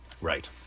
Right